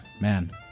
Man